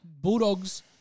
Bulldogs